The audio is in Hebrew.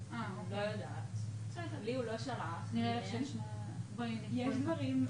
להגיד שיש אפשרות עם ה-6,000.